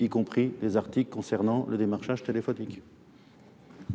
y compris des articles concernant le démarchage téléphonique.